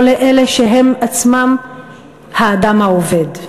לא לאלה שהם עצמם האדם העובד.